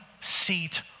seat